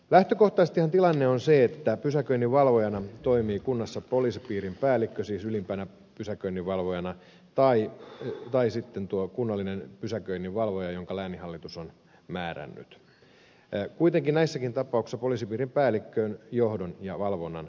lähtökohtaisestihan tilanne on se että ylimpänä pysäköinninvalvojana toimii kunnassa poliisipiirin päällikkö tai kunnallinen pysäköinninvalvoja jonka lääninhallitus on määrännyt kuitenkin näissäkin tapauksissa poliisipiirin päällikön johdon ja valvonnan alaisuudessa